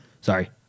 sorry